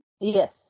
Yes